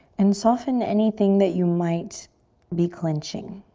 and soften anything that you might be clenching.